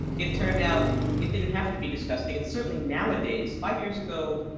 it turned out it didn't have to be disgusting and certainly nowadays. five years ago,